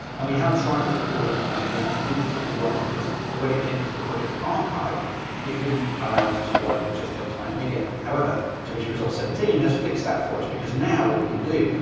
and we have tried this before with optimize media and it didn't particularly work because when it came to the project archive it wouldn't allow us to work with just the optimized media. however, davinci resolve seventeen has fixed that for us because now what we can do,